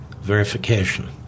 verification